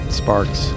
sparks